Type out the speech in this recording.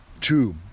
Two